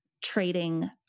trading